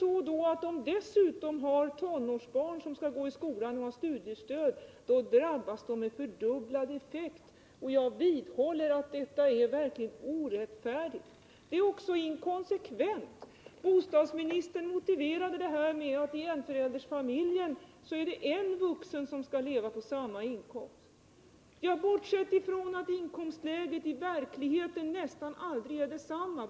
Och har de dessutom tonårsbarn som skall gå i skolan och har studiestöd, drabbas de med fördubblad effekt. Jag vidhåller att detta är verkligt orättfärdigt. Det är också inkonsekvent. Bostadsministern motiverade detta med att i enföräldersfamiljen är det en vuxen som skall leva på samma inkomst.